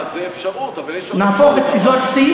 לא יודע, זאת אפשרות, אבל יש עוד אפשרות אחת.